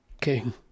King